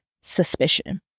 suspicion